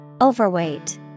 Overweight